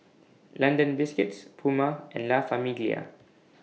London Biscuits Puma and La Famiglia